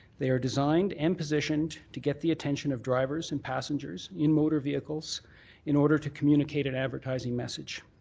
they are designed and positioned to get the attention of drivers and passengers in motor vehicles in order to communicate an advertising message.